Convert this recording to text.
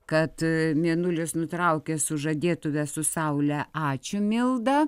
kad mėnulis nutraukia sužadėtuves su saule ačiū milda